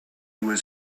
was